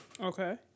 Okay